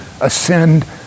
ascend